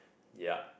ya